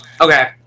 Okay